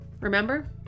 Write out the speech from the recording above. remember